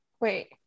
Wait